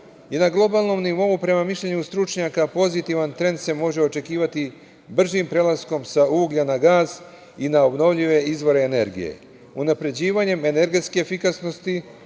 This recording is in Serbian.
na globalnom nivou prema mišljenju stručnjaka pozitivan trend se može očekivati bržim prelaskom sa uglja na gas i na obnovljive izvore energije, unapređivanjem energetske efikasnosti